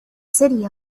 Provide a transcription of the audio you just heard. city